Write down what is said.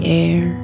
air